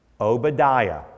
Obadiah